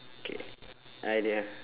K idea